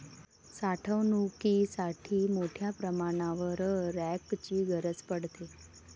साठवणुकीसाठी मोठ्या प्रमाणावर रॅकची गरज पडते